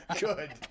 Good